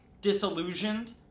disillusioned